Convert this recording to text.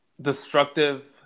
destructive